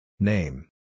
Name